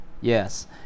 Yes